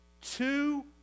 Two